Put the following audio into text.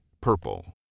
Purple